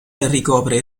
ricopre